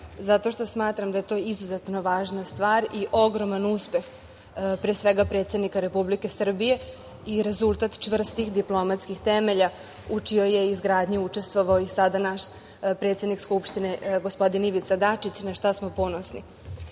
zato što smatram da je to izuzetno važna stvar i ogroman uspeh, pre svega predsednika Republike Srbije i rezultat čvrstih diplomatskih temelja u čijoj je izgradnji učestvovao i sada naš predsednik Skupštine, gospodin Ivica Dačić, na šta smo ponosni. Prošle